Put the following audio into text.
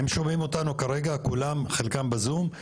הם שומעים אותנו כרגע, חלקם בזום.